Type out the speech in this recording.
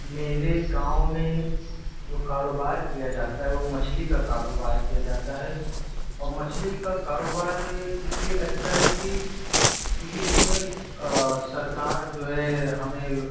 میرے گاؤں میں جو کاروبار کیا جاتا ہے وہ مچھلی کا کاروبار کیا جاتا ہے اور مچھلی کا کاروبار اس لیے اچھا ہے کہ کیونکہ اس میں سرکار جو ہے ہمیں